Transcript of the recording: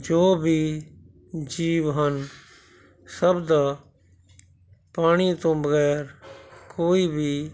ਜੋ ਵੀ ਜੀਵ ਹਨ ਸਭ ਦਾ ਪਾਣੀ ਤੋਂ ਬਗੈਰ ਕੋਈ ਵੀ